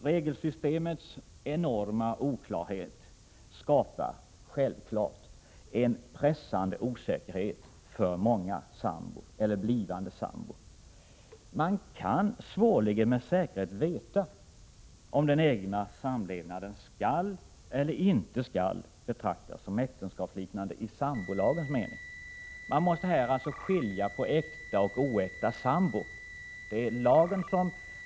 Regelsystemets enorma oklarhet skapar självfallet en pressande osäkerhet för många sambor eller blivande sambor. Man kan svårligen med säkerhet veta om den egna samlevnaden skall eller inte skall betraktas som äktenskapsliknande i sambolagens mening. Man måste här också skilja på äkta och oäkta sambo.